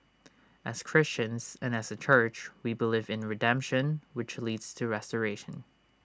as Christians and as A church we believe in redemption which leads to restoration